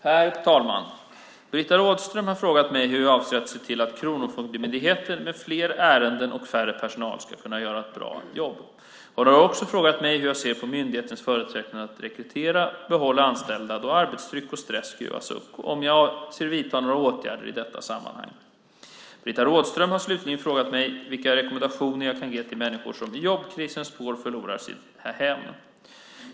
Herr talman! Britta Rådström har frågat mig hur jag avser att se till att Kronofogdemyndigheten, med fler ärenden och färre personal, ska kunna göra ett bra jobb. Hon har också frågat mig hur jag ser på myndighetens förutsättningar att rekrytera och behålla anställda då arbetstryck och stress skruvas upp och om jag avser att vidta några åtgärder i detta sammanhang. Britta Rådström har slutligen frågat mig vilka rekommendationer jag kan ge till människor som i jobbkrisens spår förlorar sina hem.